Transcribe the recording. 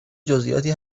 جزییاتی